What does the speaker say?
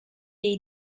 jej